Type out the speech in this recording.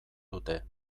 dute